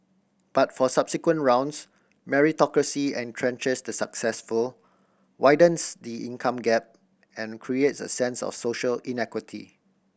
but for subsequent rounds meritocracy entrenches the successful widens the income gap and creates a sense of social inequity